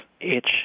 itch